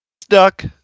Stuck